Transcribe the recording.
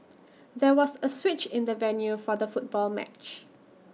there was A switch in the venue for the football match